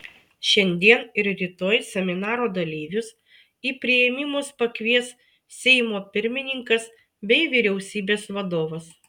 šiandien ir rytoj seminaro dalyvius į priėmimus pakvies seimo pirmininkas bei vyriausybės vadovas